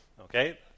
Okay